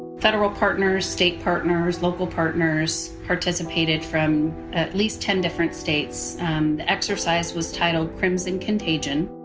federal partners, state partners, local partners participated from at least ten different states the exercise was titled crimson contagion